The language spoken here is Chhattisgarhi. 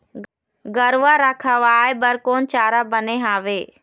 गरवा रा खवाए बर कोन चारा बने हावे?